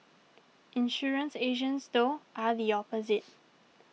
insurance agents though are the opposite